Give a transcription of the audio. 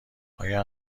آیا